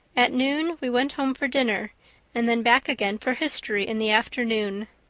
at noon we went home for dinner and then back again for history in the afternoon.